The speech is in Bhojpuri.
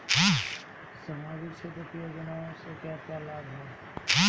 सामाजिक क्षेत्र की योजनाएं से क्या क्या लाभ है?